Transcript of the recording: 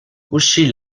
uscì